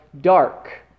dark